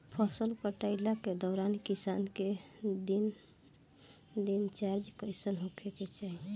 फसल कटाई के दौरान किसान क दिनचर्या कईसन होखे के चाही?